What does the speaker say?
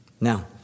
Now